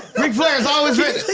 ric flair's always